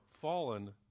fallen